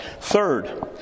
Third